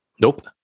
Nope